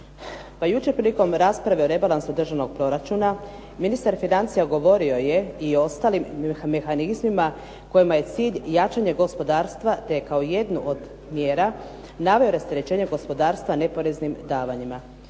Pa jučer prilikom rasprave o rebalansu državnog proračuna ministar financija govorio je o ostalim mehanizmima kojima je cilj jačanje gospodarstva, te kao jednu od mjera naveo je rasterećenje gospodarstva neporeznim davanjima.